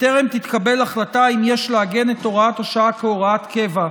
בטרם תתקבל החלטה אם יש לעגן את הוראת השעה כהוראת קבע,